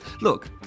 Look